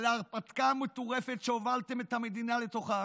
על ההרפתקה המטורפת שהובלתם את המדינה לתוכה,